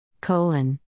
Colon